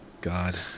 God